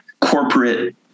corporate